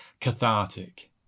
cathartic